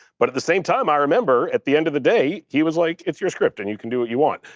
but at the same time, i remember, at the end of the day, he was like, it's your script and you can do what you want,